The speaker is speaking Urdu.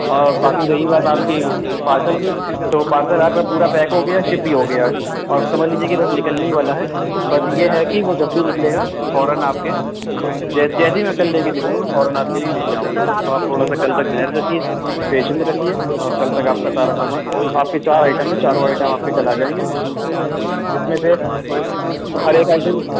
اور باقی رہی بات آپ كى پارسل كى تو پارسل آپ كا پورا پيک ہو گیا ہے شپ بھی ہو گیا ہے اور سمجھ لیجیے کہ بس نکلنے ہی والا ہے بس یہ ہے کہ وہ جب بھى نكلے گا فوراً آپ کے جیس جيسے ہى میں کل لے کے نکلوں گا فوراً آپ کے ليے لے كے آؤں گا تو آپ تھوڑا سا کل تک دھیریہ رکھیے پیشنز رکھیے اور كل تک آپ کا سارا سامان آپ کے چار آئٹم ہیں چاروں آئٹم آپ کے کل آ جائیں گے جس میں سے ہر ایک آئٹم